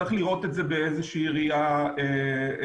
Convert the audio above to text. צריך לראות את זה באיזה שהיא ראייה כוללת.